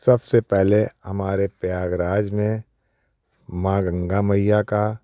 सबसे पहले हमारे प्रयागराज में माँ गंगा मैया का